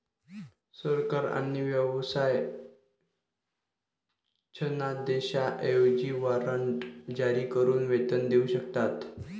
सरकार आणि व्यवसाय धनादेशांऐवजी वॉरंट जारी करून वेतन देऊ शकतात